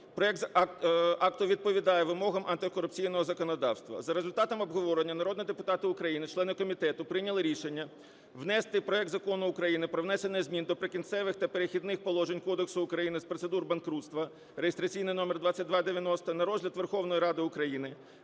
проект акта відповідає вимогам антикорупційного законодавства. За результатами обговорення народні депутати України члени комітету прийняли рішення внести проект Закону України про внесення змін до Прикінцевих та Перехідних положень Кодексу України з процедур банкрутства (реєстраційний номер 2290) на розгляд Верховної Ради України,